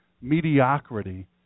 mediocrity